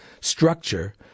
structure